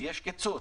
יש קיצוץ.